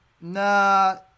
nah